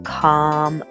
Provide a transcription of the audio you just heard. calm